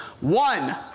One